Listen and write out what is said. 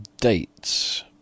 dates